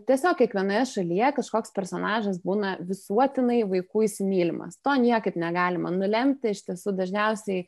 tiesiog kiekvienoje šalyje kažkoks personažas būna visuotinai vaikų įsimylimas to niekaip negalima nulemti iš tiesų dažniausiai